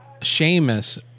Seamus